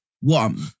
One